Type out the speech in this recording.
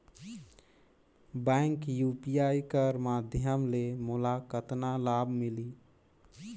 Bank UPI कर माध्यम ले मोला कतना लाभ मिली?